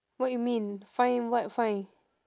what you mean fine what fine